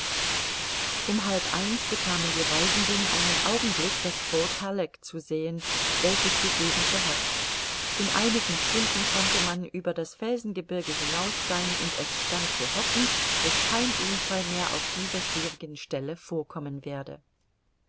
um halb eins bekamen die reisenden einen augenblick das fort halleck zu sehen welches diese gegend beherrscht in einigen stunden konnte man über das felsengebirge hinaus sein und es stand zu hoffen daß kein unfall mehr auf dieser schwierigen stelle vorkommen werde